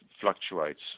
fluctuates